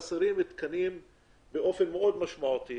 בחברה הערבית חסרים תקנים באופן מאוד משמעותי,